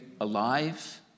alive